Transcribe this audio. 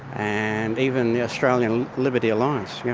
and even the australian liberty alliance. yeah